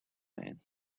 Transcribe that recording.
man